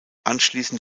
anschließend